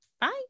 Bye